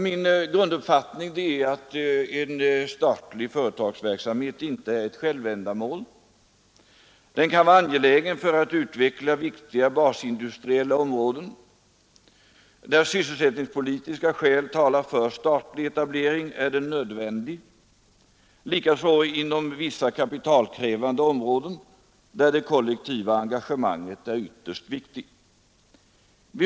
Min grunduppfattning är att en statlig företagsverksamhet inte är ett självändamål. Den kan vara angelägen för att utveckla viktiga basindustriella områden. Där sysselsättningspolitiska skäl talar för statlig etablering är den nödvändig, likaså inom vissa kapitalkrävande områden, där det kollektiva egagemanget är ytterst viktigt.